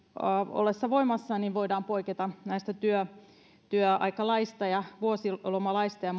ollessa voimassa voidaan poiketa työaikalaista ja vuosilomalaista ja